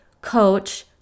coach